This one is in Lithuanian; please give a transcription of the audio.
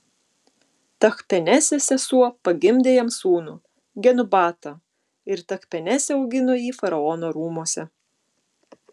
tachpenesės sesuo pagimdė jam sūnų genubatą ir tachpenesė augino jį faraono rūmuose